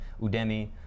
Udemy